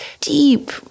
deep